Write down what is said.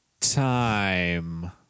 Time